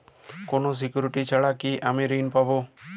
কোনো সিকুরিটি ছাড়া কি আমি ঋণ পাবো?